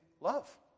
love